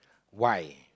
why